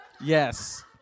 Yes